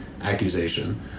accusation